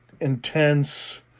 intense